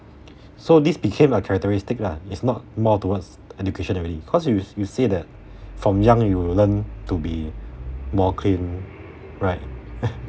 so this became a characteristic lah is not more towards education already cause you you say that from young you learn to be more clean right